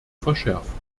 verschärft